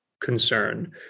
concern